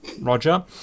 roger